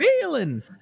feeling